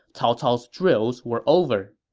cao cao's drills were over.